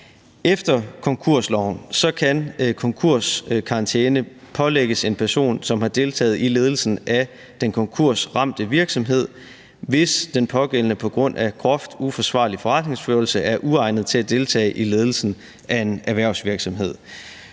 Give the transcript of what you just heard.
Efter konkursloven kan en konkurskarantæne pålægges en person, som har deltaget i ledelsen af den konkursramte virksomhed, hvis den pågældende på grund af en groft uforsvarlig forretningsførelse er uegnet til at deltage i ledelsen af en erhvervsvirksomhed.